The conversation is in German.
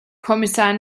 kommissar